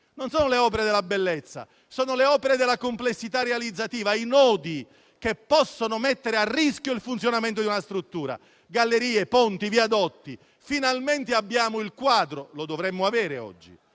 o le opere della bellezza, ma le opere della complessità realizzativa, i nodi che possono mettere a rischio il funzionamento di una struttura. Gallerie, ponti, viadotti: finalmente abbiamo il quadro - lo dovremmo avere oggi,